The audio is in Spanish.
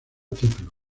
título